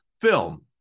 film